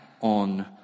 on